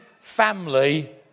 family